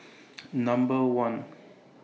Number one